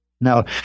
now